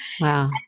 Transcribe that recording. wow